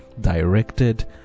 directed